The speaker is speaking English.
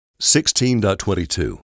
16.22